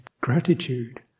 gratitude